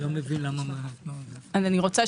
אני רוצה